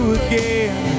again